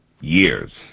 years